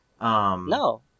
No